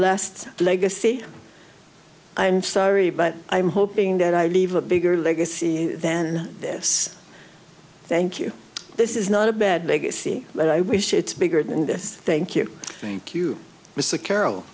last legacy i'm sorry but i'm hoping that i leave a bigger legacy than this thank you this is not a bad legacy but i wish it's bigger than this thank you thank you m